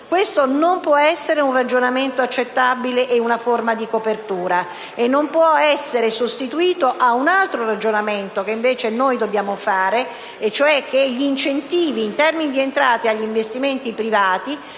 questo non può essere un ragionamento accettabile per una forma di copertura, né può essere sostituito ad un altro ragionamento che invece noi dobbiamo fare, e cioè che gli incentivi agli investimenti privati